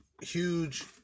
Huge